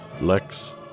Lex